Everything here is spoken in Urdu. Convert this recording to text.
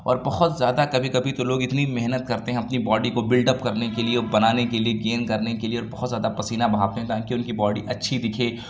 اور بہت زیادہ کبھی کبھی تو لوگ اتنی محنت کرتے ہیں اپنی باڈی کو بلڈ اپ کرنے کے لیے اور بنانے کے لیے گین کرنے کے لیے اور بہت زیادہ پسینہ بہاتے ہیں تاکہ اُن کی باڈی اچھی دِکھے